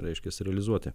reiškiasi realizuoti